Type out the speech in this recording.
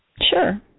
Sure